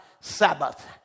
Sabbath